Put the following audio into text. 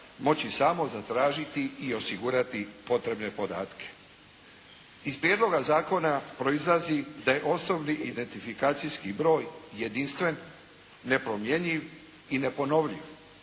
moći samo zatražiti i osigurati potrebne podatke. Iz prijedloga zakona proizlazi da je osobni identifikacijski broj jedinstven, nepromjenjiv i neponovljiv.